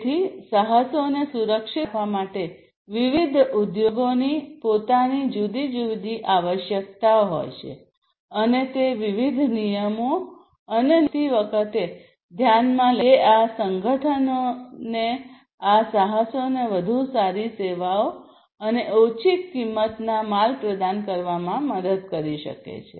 તેથી સાહસોને સુરક્ષિત રાખવા માટે વિવિધ ઉદ્યોગોની પોતાની જુદી જુદી આવશ્યકતાઓ હોય છે અને તે વિવિધ નિયમો અને નિયમો પર પહોંચતી વખતે ધ્યાનમાં લેવી પડશે જે આ સંગઠનોને આ સાહસોને વધુ સારી સેવાઓ અને ઓછી કિંમતના માલ પ્રદાન કરવામાં મદદ કરી શકે છે